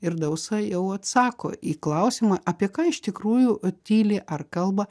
ir dausa jau atsako į klausimą apie ką iš tikrųjų tyli ar kalba